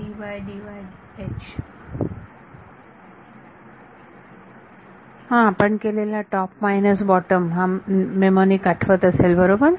विद्यार्थी आपण केलेला टॉप मायनस बॉटम हा मेमोनिक आठवत असेल बरोबर